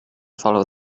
follow